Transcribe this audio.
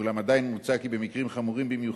ואולם עדיין מוצע כי במקרים חמורים במיוחד,